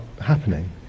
happening